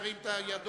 ירים את ידו.